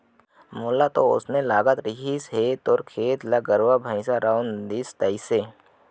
मोला तो वोसने लगत रहिस हे तोर खेत ल गरुवा भइंसा रउंद दे तइसे